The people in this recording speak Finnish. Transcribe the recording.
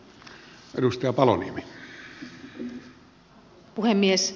arvoisa puhemies